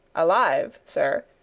alive, sir,